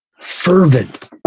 fervent